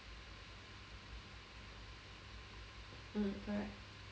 mm correct